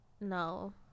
no